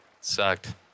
Sucked